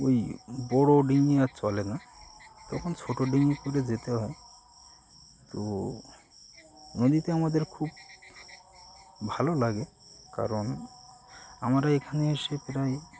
ওই বড়ো ডিঙি আর চলে না তখন ছোটো ডিঙি করে যেতে হয় তো নদীতে আমাদের খুব ভালো লাগে কারণ আমার এখানে এসে প্রায়